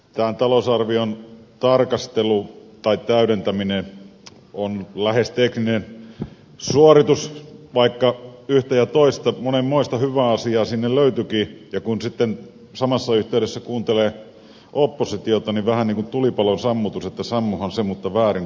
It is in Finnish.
tämän talousarvion tarkastelu tai täydentäminen on lähes tekninen suoritus vaikka yhtä ja toista monenmoista hyvää asiaa sinne löytyikin ja kun sitten samassa yhteydessä kuuntelee oppositiota niin on vähän niin kuin tulipalon sammutus että sammuihan se mutta väärin sammutettu